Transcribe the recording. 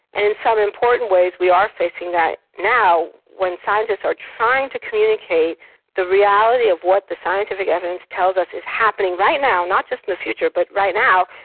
and in some important ways we are facing that now, when scientists are trying to communicate the reality of what the scientific evidence tells us is happening right now, not just in the future but right now.